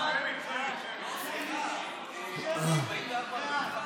המשותפת הסירו את כל ההסתייגויות.